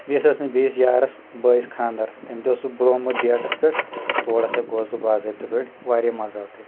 بیٚیہِ ہسا اوس نہٕ بیٚیِس یارس بٲیِس خانٛدر تٔمۍ دوس بلومُت ڈیٹس پؠٹھ تور ہسا گوس بہٕ باضٲبطہٕ پؠٹھ واریاہ مزٕ آو تۄہہِ